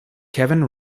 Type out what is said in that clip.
kevin